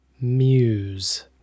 muse